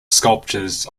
sculptures